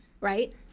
right